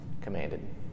commanded